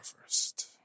First